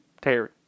Terry